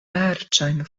larĝajn